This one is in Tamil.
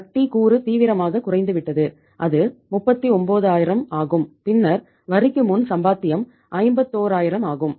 வட்டி கூறு தீவிரமாக குறைந்துவிட்டது அது 39000 ஆகும் பின்னர் வரிக்கு முன் சம்பாத்தியம் 51000 ஆகும்